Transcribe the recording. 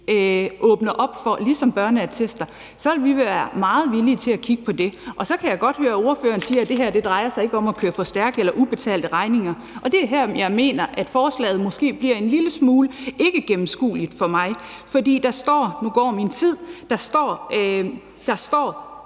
åbner for det, ligesom med børneattester, så ville vi være meget villige til at kigge på det. Så kan jeg godt høre, at ordføreren siger, at det her ikke drejer sig om at køre for stærkt eller om ubetalte regninger. Det er her, jeg mener, at forslaget måske bliver en lille smule uigennemskueligt for mig, for der står – og nu går min tid: fængsel som